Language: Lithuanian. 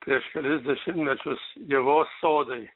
prieš kelis dešimtmečius ievos sodai